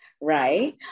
right